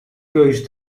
keuze